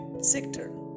sector